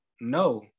no